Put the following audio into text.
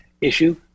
issue